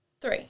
three